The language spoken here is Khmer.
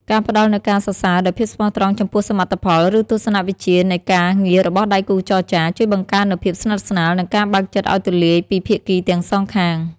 ការផ្តល់នូវការសរសើរដោយភាពស្មោះត្រង់ចំពោះសមិទ្ធផល ឬទស្សនវិជ្ជានៃការងាររបស់ដៃគូចរចា ជួយបង្កើននូវភាពស្និទ្ធស្នាល និងការបើកចិត្តឱ្យទូលាយពីភាគីទាំងសងខាង។